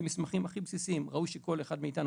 מסמכים הכי בסיסיים ראוי שכל אחד מאיתנו,